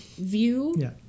view